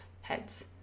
heads